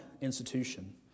institution